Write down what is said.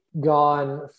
gone